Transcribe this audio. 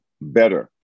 better